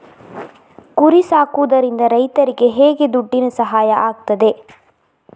ಕುರಿ ಸಾಕುವುದರಿಂದ ರೈತರಿಗೆ ಹೇಗೆ ದುಡ್ಡಿನ ಸಹಾಯ ಆಗ್ತದೆ?